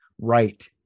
right